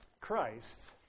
Christ